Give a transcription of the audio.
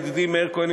ידידי מאיר כהן,